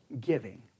giving